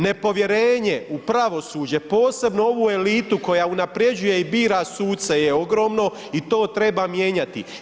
Nepovjerenje u pravosuđe, posebno ovu elitu koja unaprjeđuje i bira suce je ogromno i to treba mijenjati.